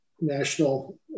national